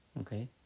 okay